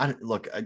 look